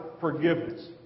forgiveness